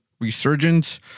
Resurgence